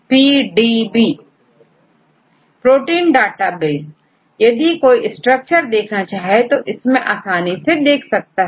छात्रPDB protein data bank यदि कोई structure देखना चाहे तो इसमें आसानी से देख सकता है